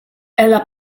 ela